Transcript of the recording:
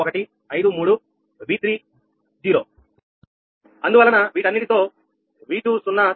6153 V30 అందువలన వీటన్నిటితో V20 తెలుసుకున్నాం